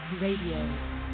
Radio